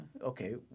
okay